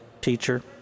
teacher